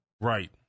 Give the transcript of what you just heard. Right